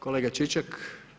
Kolega Čičak?